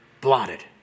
blotted